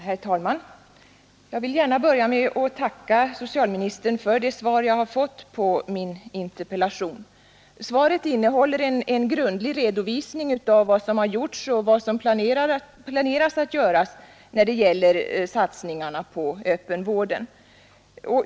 Herr talman! Jag vill gärna börja med att tacka socialministern för det svar jag har fått på min interpellation. Svaret innehåller en grundlig redovisning av vad som gjorts och vad som planeras när det gäller satsningar på öppenvården.